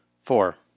Four